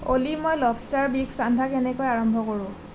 অলি মই ল'বষ্টাৰ বিস্ক ৰন্ধা কেনেকৈ আৰম্ভ কৰোঁ